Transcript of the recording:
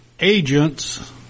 agents